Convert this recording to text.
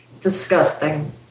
disgusting